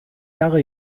jahre